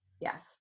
Yes